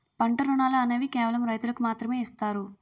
పంట రుణాలు అనేవి కేవలం రైతులకు మాత్రమే ఇస్తారు